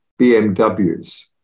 BMWs